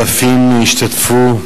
אלפים השתתפו.